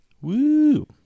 Woo